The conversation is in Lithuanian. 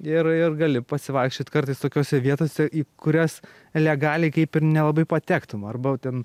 ir ir gali pasivaikščiot kartais tokiose vietose į kurias legaliai kaip ir nelabai patektum arba ten